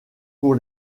pour